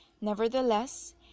Nevertheless